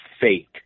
fake